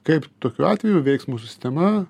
kaip tokiu atveju veiks mūsų sistema